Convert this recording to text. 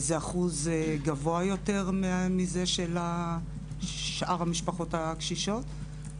זה אחוז גבוה יותר מזה של שאר המשפחות הקשישות.